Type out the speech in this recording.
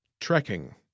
Trekking